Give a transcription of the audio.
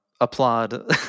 applaud